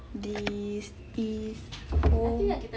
this this pum~